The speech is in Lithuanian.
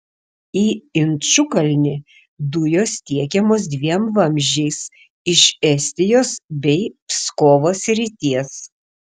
į inčukalnį dujos tiekiamos dviem vamzdžiais iš estijos bei pskovo srities